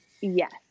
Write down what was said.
Yes